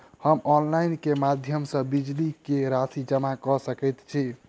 हम ऑनलाइन केँ माध्यम सँ बिजली कऽ राशि जमा कऽ सकैत छी?